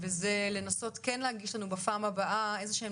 וזה לנסות כן להגיש לנו בפעם הבאה איזה שהם